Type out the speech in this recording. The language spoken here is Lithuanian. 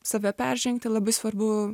save peržengti labai svarbu